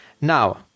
Now